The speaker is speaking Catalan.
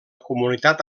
comunitat